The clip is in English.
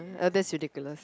uh that's ridiculous